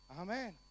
Amen